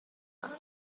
her